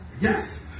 Yes